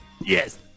Yes